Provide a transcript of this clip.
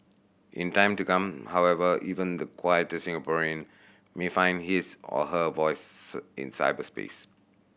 in time to come however even the quieter Singaporean may find his or her voice in cyberspace